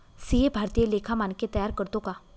CA भारतीय लेखा मानके तयार करतो का